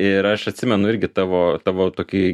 ir aš atsimenu irgi tavo tavo tokį